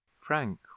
Frank